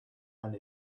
and